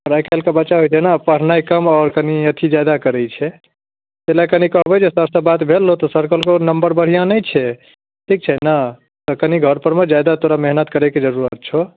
आब आइ काल्हिके बच्चाके एहिना पढ़नाइ कम आओर अथी ज्यादा करै छै ताहि लऽ कऽ कनि कहबै जे सरसँ बात भेल रहौ तऽ सर कहलकौ नम्बर बढ़िआँ नहि छै ठीक छै ने तऽ कनि घरपरमे ज्यादा तोरा मेहनति करैके जरूरत छौ